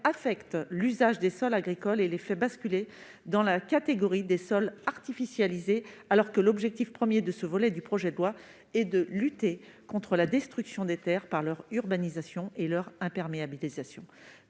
-affectent l'usage des sols agricoles et les font basculer dans la catégorie des sols artificialisés. Or l'objectif premier de ce volet du projet de loi est de lutter contre la destruction des terres par leur urbanisation et leur imperméabilisation.